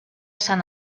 san